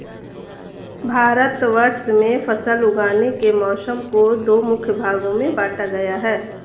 भारतवर्ष में फसल उगाने के मौसम को दो मुख्य भागों में बांटा गया है